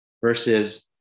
versus